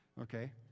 Okay